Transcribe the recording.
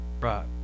right